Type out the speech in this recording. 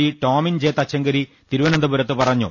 D Tomin J Thachankary തിരുവനന്തപുരത്ത് പറഞ്ഞു